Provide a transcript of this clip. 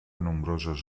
nombroses